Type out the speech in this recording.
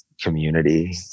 community